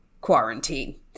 quarantine